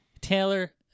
Taylor